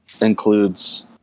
includes